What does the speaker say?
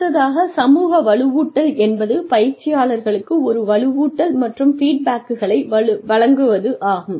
அடுத்ததாக சமூக வலுவூட்டல் என்பது பயிற்சியாளர்களுக்கு ஒரு வலுவூட்டல் மற்றும் ஃபீட்பேக்குகளை வழங்குவது ஆகும்